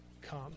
come